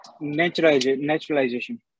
Naturalization